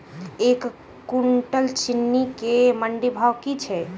एक कुनटल चीनी केँ मंडी भाउ की छै?